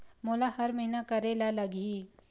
मोला हर महीना करे ल लगही?